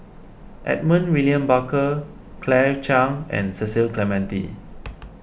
Edmund William Barker Claire Chiang and Cecil Clementi